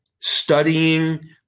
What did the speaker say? studying